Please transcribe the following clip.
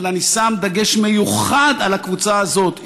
אבל אני שם דגש מיוחד על הקבוצה הזאת,